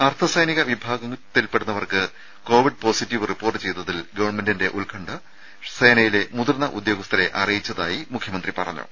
അർദ്ധ സൈനിക വിഭാഗങ്ങളിൽപെട്ടവർക്ക് കോവിഡ് പോസിറ്റീവ് റിപ്പോർട്ട് ചെയ്തതിൽ ഗവൺമെന്റിന്റെ ഉത്ക്കണ്ഠ സേനയിലെ മുതിർന്ന ഉദ്യോഗസ്ഥരെ അറിയിച്ചതായി മുഖ്യമന്ത്രി പറഞ്ഞു